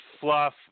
fluff